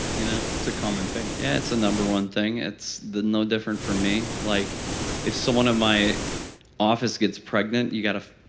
you know? that's a common thing yeah, it's a number one thing, it's no different for me, like if someone in my office gets pregnant you got to,